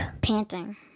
Panting